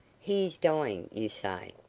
he is dying, you say?